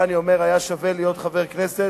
אני אומר: היה שווה להיות חבר הכנסת,